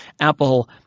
Apple –